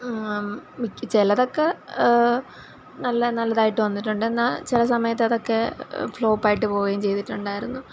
മിക്ക ചിലതൊക്കെ നല്ല നല്ലതായിട്ട് വന്നിട്ടുണ്ട് എന്നാൽ ചില സമയത്ത് അതൊക്കെ ഫ്ലോപ്പായിട്ട് പോകുകയും ചെയ്തിട്ടുണ്ടായിരുന്നു